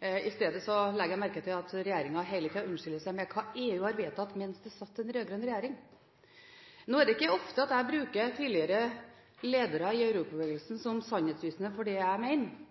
I stedet legger jeg merke til at regjeringen hele tida unnskylder seg med hva EU har vedtatt mens det satt en rød-grønn regjering. Nå er det ikke ofte at jeg bruker tidligere ledere i Europabevegelsen som sannhetsvitner for det jeg mener,